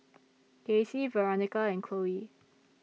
Kasie Veronica and Chloe